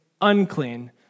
unclean